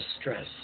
stress